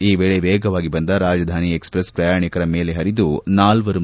ಈ ವೇಳೆ ವೇಗವಾಗಿ ಬಂದ ರಾಜಧಾನಿ ಎಕ್ಸ್ಪ್ರೆಸ್ ಪ್ರಯಾಣಿಕರ ಮೇಲೆ ಹರಿದು ನಾಲ್ವರು ಮೃತಪಟ್ಲು